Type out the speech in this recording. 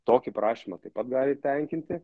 tokį prašymą taip pat gali tenkinti